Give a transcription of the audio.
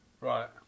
Right